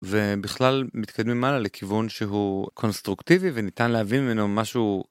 ובכלל מתקדמים מעלה לכיוון שהוא קונסטרוקטיבי וניתן להבין ממנו משהו.